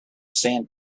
sand